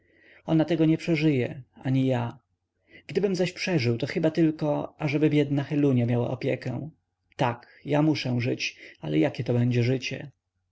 ona tego nie przeżyje ani ja gdybym zaś przeżył to chyba tylko ażeby biedna helunia miała opiekę tak ja muszę żyć ale jakie to będzie życie